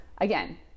again